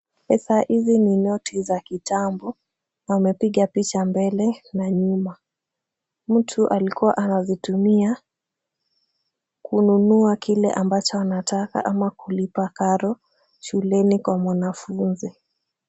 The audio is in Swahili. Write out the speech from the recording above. Pesa hizi ni noti za kitambo. N a wamepiga picha mbele, na nyuma. Mtu alikuwa anazitumia. Kununua kile ambacho anataka ama kulipa karo shuleni kwa mwanafunzi.